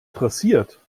dressiert